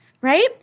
right